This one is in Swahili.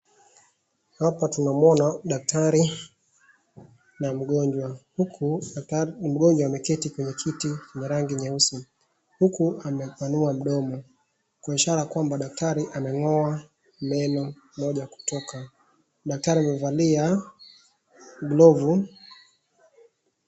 Hapa tunamuona daktari na mgonjwa huku mgonjwa ameketi kwenye kiti ya rangi nyeusi huku amepanua mdomo kwa ishara kwamba daktari ameng'oa meno moja kutoka. Daktari amevalia glovu.